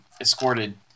escorted